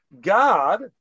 God